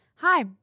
Hi